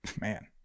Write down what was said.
man